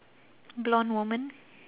blonde woman